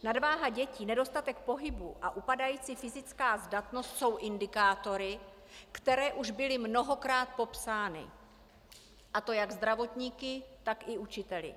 Nadváha dětí, nedostatek pohybu a upadající fyzická zdatnost jsou indikátory, které už byly mnohokrát popsány, a to jak zdravotníky, tak i učiteli.